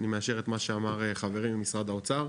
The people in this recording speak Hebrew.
אני מאשר את מה שאמר חברי ממשרד האוצר.